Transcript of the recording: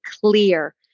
clear